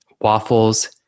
Waffles